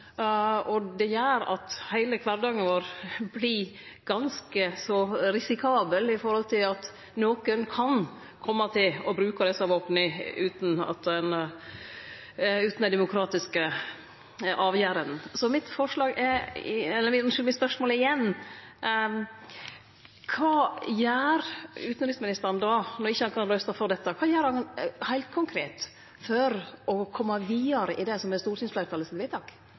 oss. Det gjer at heile kvardagen vår vert ganske så risikabel med omsyn til at nokon kan kome til å bruke desse våpena, utan dei demokratiske avgjerdene. Mitt spørsmål er igjen: Kva gjer utanriksministeren når han ikkje kan røyste for dette? Kva gjer han heilt konkret for å kome vidare med det som er vedtaket til stortingsfleirtalet?